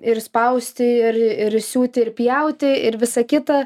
ir spausti ir ir siūti ir pjauti ir visa kita